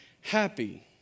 happy